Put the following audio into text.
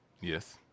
Yes